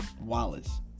Wallace